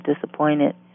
disappointed